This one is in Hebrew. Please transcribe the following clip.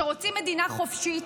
שרוצים מדינה חופשית,